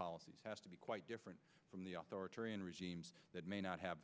policies has to be quite different from the authoritarian regimes that may not have